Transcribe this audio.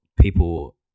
people